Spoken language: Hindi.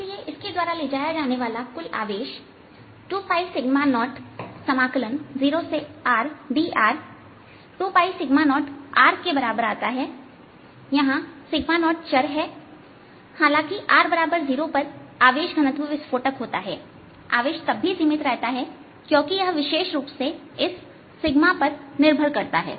इसलिए इसके द्वारा ले जाया जाने वाला कुल आवेश 20 0Rdr 20r के बराबर आता है यहां 0 चर है हालांकि r0 पर आवेश घनत्व विस्फोटक होता है आवेश तब भी सीमित रहता है क्योंकि यह विशेष रूप से इस पर निर्भर करता है